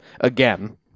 again